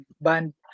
band